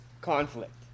conflict